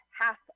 half